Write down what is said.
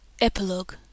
Epilogue